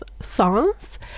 songs